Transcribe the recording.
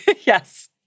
Yes